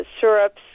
syrups